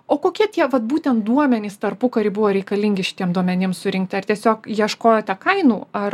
o kokie tie vat būtent duomenys tarpukary buvo reikalingi šitiem duomenim surinkti ar tiesiog ieškojote kainų ar